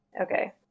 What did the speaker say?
Okay